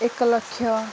ଏକ ଲକ୍ଷ